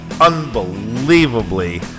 unbelievably